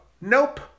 nope